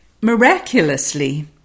miraculously